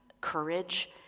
courage